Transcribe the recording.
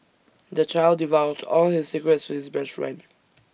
the child divulged all his secrets to his best friend